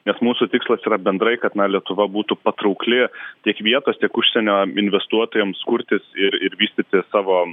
nes mūsų tikslas yra bendrai kad na lietuva būtų patraukli tiek vietos tiek užsienio investuotojams kurtis ir ir vystyti savo